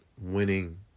winning